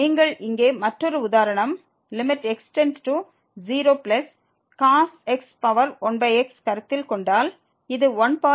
நீங்கள் இங்கே மற்றொரு உதாரணம் x 1x கருத்தில் கொண்டால் இது 1